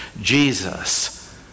Jesus